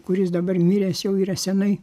kuris dabar miręs jau yra senai